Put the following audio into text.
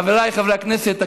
חבריי חברי הכנסת,